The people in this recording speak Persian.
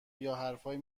یاحرفایی